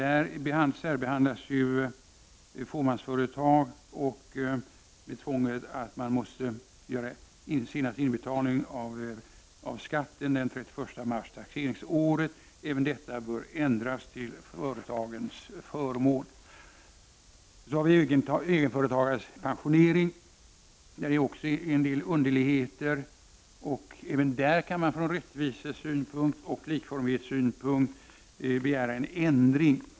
Här särbehandlas ju handelsbolag, som måste göra inbetalning av skatten senast den 31 mars taxeringsåret. Även detta bör ändras till företagens fördel. Vidare har vi reservation 12 om egenföretagares pensionering. Även här finns det en del underligheter. Från rättviseoch likformighetssynpunkt, kan man också i detta fall begära en ändring.